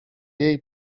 jej